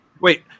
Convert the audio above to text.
Wait